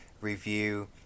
review